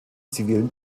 zivilen